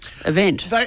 event